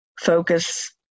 focus